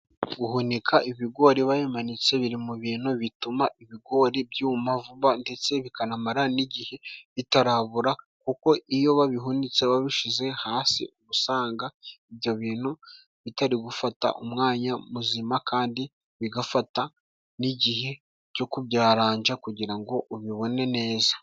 Guhunika ibigori babimanitse biri mu bintu bituma ibigori byuma vuba ndetse bikanamara n'igihe bitarabora, kuko iyo babihunitse babishize hasi uba usanga ibyo bintu bitari gufata umwanya muzima, kandi bigafata n'igihe cyo kubyaranja kugira ngo ubibone neza.